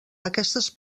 aquestes